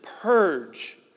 purge